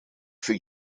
für